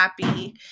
happy